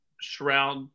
Shroud